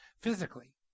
physically